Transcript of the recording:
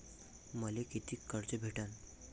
मले कितीक कर्ज भेटन?